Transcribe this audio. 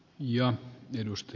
arvoisa puhemies